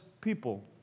people